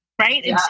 right